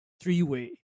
three-way